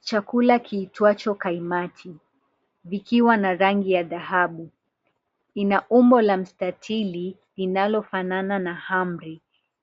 Chakula kiitwacho kaimati vikiwa na rangi ya dhahabu. Ina umbo la mstatili linalofanana na hamri